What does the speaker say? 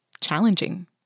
challenging